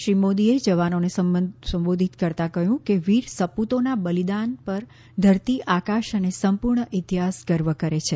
શ્રી મોદીએ જવાનોને સંબોધિત કરતાં કહ્યું કે વીર સપૂતોના બલિદાન પર ધરતી આકાશ અને સંપૂર્ણ ઇતિહાસ ગર્વ કરે છે